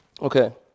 Okay